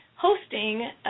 hosting